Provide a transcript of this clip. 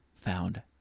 found